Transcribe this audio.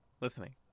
Listening